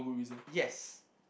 yes